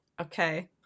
Okay